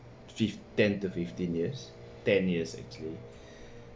fifth ten to fifteen years ten years actually